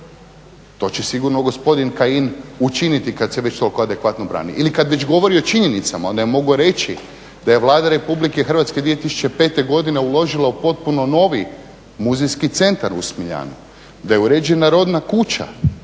To će sigurno gospodin Kajin učiniti kada se već toliko adekvatno brani. Ili kada već govori o činjenicama onda je mogao reći da je Vlada Republike Hrvatske 2005. godine uložila u potpuno novi muzejski centar u Smiljanu. Da je uređena rodna kuća